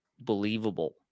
believable